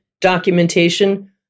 documentation